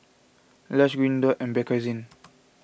Lush Green Dot and Bakerzin